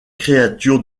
créatures